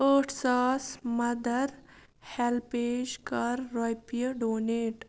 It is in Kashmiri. ٲٹھ ساس مَدر ہیٚلپیج کَر رۄپیہِ ڈونیٹ